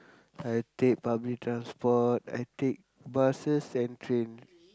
I take public transport I take buses and train